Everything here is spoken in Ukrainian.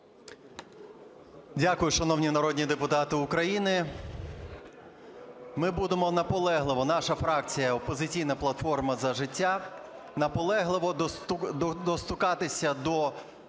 Дякую. Шановні народні депутати, ми будемо наполегливо, наша фракція "Опозиційна платформа – За життя" наполегливо достукатися до